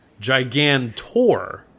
Gigantor